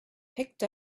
picked